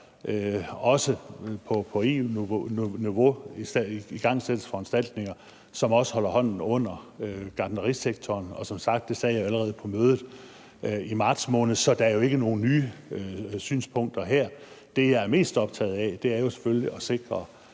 også på EU-niveau bør igangsættes foranstaltninger, som holder hånden under gartnerisektoren. Det sagde jeg som sagt allerede på mødet i marts måned, så der er jo ikke nogen nye synspunkter her. Det, jeg er mest optaget af, er jo selvfølgelig at sikre,